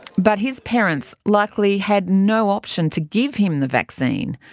but his parents likely had no option to give him the vaccine.